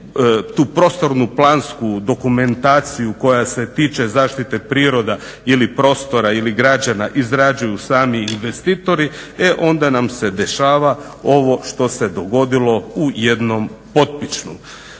tu prostornu plansku dokumentaciju koja se tiče zaštite prirode ili prostora ili građana izrađuju sami investitori e onda nam se dešava ovo što se dogodilo u jednom Potpičnu.